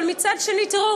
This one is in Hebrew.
אבל מצד שני, תראו,